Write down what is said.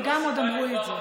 וגם עוד אמרו את זה.